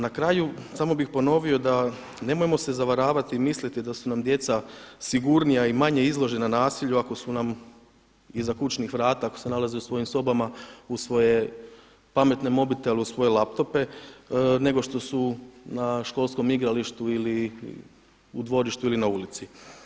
Na kraju samo bih ponovio da nemojmo se zavaravati i misliti da su nam djeca sigurnija i manje izložena nasilju ako su nam iza kućnih vrata, ako se nalaze u svojim sobama uz svoje pametne mobitele, uz svoje laptope nego što su na školskom igralištu ili u dvorištu ili na ulici.